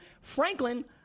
Franklin